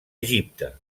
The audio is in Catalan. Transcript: egipte